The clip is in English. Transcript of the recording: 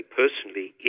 personally